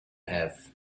have